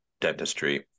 dentistry